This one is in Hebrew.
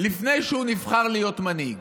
לפני שהוא נבחר להיות מנהיג?